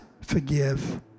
forgive